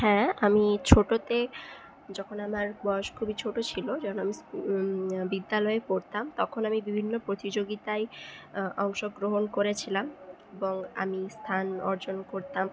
হ্যাঁ আমি ছোটোতে যখন আমার বয়স খুবই ছোটো ছিল যখন স্কু বিদ্যালয়ে পড়তাম তখন আমি বিভিন্ন প্রতিযোগিতায় অংশগ্রহণ করেছিলাম এবং আমি স্থান অর্জন করতাম